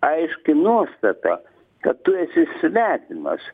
aiški nuostata kad tu esi svetimas